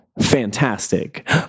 Fantastic